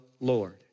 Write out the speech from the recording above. lord